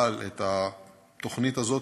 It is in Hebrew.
אבל את התוכנית הזאת,